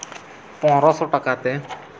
ᱯᱚᱱᱮᱨᱚᱥᱚ ᱴᱟᱠᱟᱛᱮ